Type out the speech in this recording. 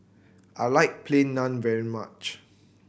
I like Plain Naan very much